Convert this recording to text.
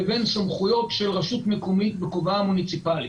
לבין סמכויות של רשות מקומית, בכובעה המוניציפלי.